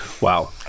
wow